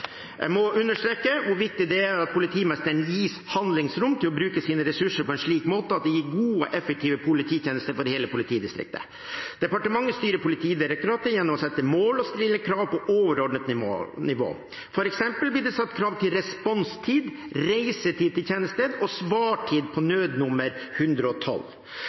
Jeg må understreke hvor viktig det er at politimesteren gis handlingsrom til å bruke sine ressurser på en slik måte at det gir gode og effektive polititjenester for hele politidistriktet. Departementet styrer Politidirektoratet gjennom å sette mål og stille krav på overordnet nivå. For eksempel blir det stilt krav til responstid, reisetid til tjenester og svartid på nødnummer 112.